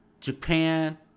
Japan